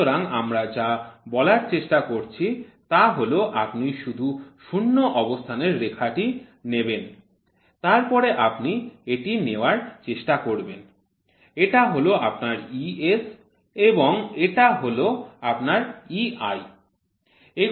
সুতরাং আমরা যা বলার চেষ্টা করছি তা হল আপনি শুধু শূন্য অবস্থানের রেখাটি নেবেন তারপর আপনি এটি নেওয়ার চেষ্টা করবেন এটা হল আপনার ES এবং এটা হল আপনার EI